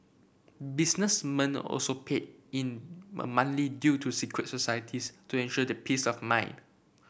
businessmen also paid in due to secret societies to ensure their peace of mind